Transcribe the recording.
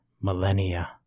millennia